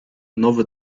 nowy